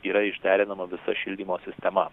yra išderinama visa šildymo sistema